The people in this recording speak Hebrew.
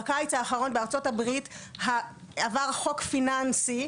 בקיץ האחרון עבר בארצות הברית חוק פיננסי,